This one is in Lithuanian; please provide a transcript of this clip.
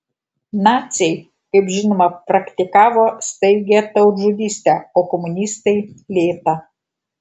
naciai kaip žinoma praktikavo staigią tautžudystę o komunistai lėtą